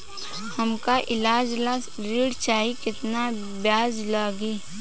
हमका ईलाज ला ऋण चाही केतना ब्याज लागी?